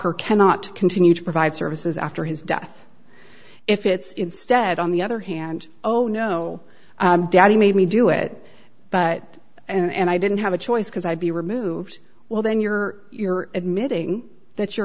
er cannot continue to provide services after his death if it's instead on the other hand oh no daddy made me do it but and i didn't have a choice because i'd be removed well then you're you're admitting that you're